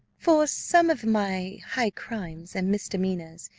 for some of my high crimes and misdemeanours,